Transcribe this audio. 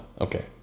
okay